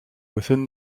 within